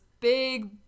big